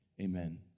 amen